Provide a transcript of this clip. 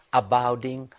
abounding